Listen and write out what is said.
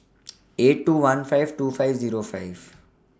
eight two one five two five Zero five